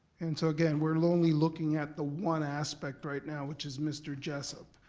and so again, we're only looking at the one aspect right now, which is mr. jessup,